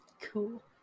Cool